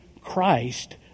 Christ